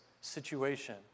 situation